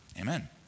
Amen